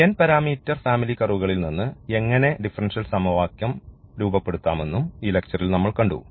n parameter family കർവുകളിൽ നിന്ന് എങ്ങനെ ഡിഫറൻഷ്യൽ സമവാക്യം രൂപപ്പെടുത്താമെന്നും ഈ ലെക്ച്ചറിൽ നമ്മൾ കണ്ടു